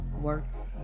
works